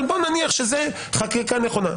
אבל בואו נניח שזו חקיקה נכונה,